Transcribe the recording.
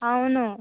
అవును